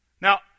Now